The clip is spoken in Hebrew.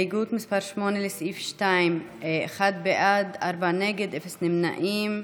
התוצאות: אחד בעד, ארבעה נגד ואפס נמנעים.